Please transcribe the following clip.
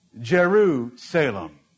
Jerusalem